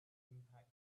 impact